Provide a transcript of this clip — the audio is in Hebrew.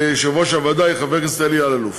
יושב-ראש הוועדה יהיה חבר הכנסת אלי אלאלוף.